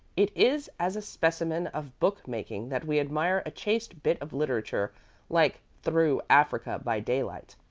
it is as a specimen of book-making that we admire a chaste bit of literature like through africa by daylight.